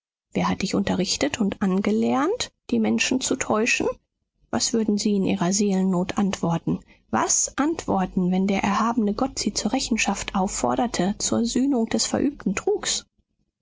wer hat dich unterrichtet und angelernt die menschen zu täuschen was würden sie in ihrer seelennot antworten was antworten wenn der erhabene gott sie zur rechtfertigung aufforderte zur sühnung des verübten trugs